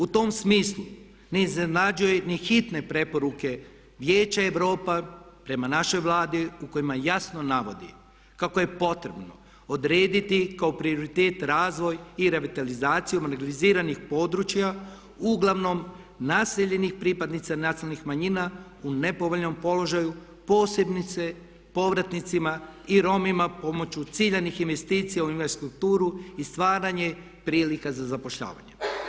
U tom smislu ne iznenađuje ni hitne preporuke Vijeća Europe prema našoj Vladi u kojima jasno navodi kako je potrebno odrediti kao prioritet razvoj i revitalizaciju legaliziranih područja uglavnom naseljenih pripadnika nacionalnih manjina u nepovoljnom položaju posebice povratnicima i Romima pomoću ciljanih investicija u … i stvaranjem prilika za zapošljavanjem.